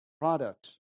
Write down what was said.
products